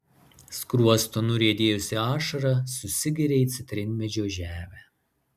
skruostu nuriedėjusi ašara susigeria į citrinmedžio žemę